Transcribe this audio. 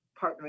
partnering